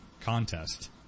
contest